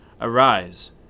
Arise